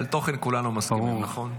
על תוכן כולנו מסכימים, נכון?